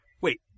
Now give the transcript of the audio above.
Wait